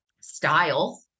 style